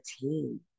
team